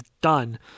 done